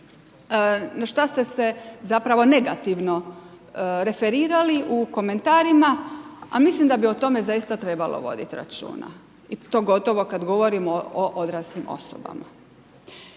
na što ste se zapravo negativno referirali u komentarima, a mislim da bi o tome zaista trebalo voditi računa i to pogotovo kada govorimo o odraslim osobama.